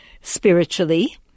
spiritually